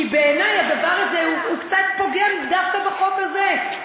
כי בעיני הדבר הזה קצת פוגם דווקא בחוק הזה.